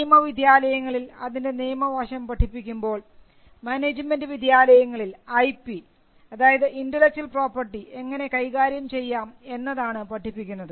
നിയമ വിദ്യാലയങ്ങളിൽ അതിൻറെ നിയമവശം പഠിപ്പിക്കുമ്പോൾ മാനേജ്മെൻറ് വിദ്യാലയങ്ങളിൽ ഐ പി ഇന്റെലക്ച്വൽപ്രോപർട്ടി എങ്ങനെ കൈകാര്യം ചെയ്യാം എന്നതാണ് പഠിപ്പിക്കുന്നത്